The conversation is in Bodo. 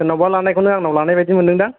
सोरनावबा लानायखौनो आंनाव लानायबायदि मोनदों दां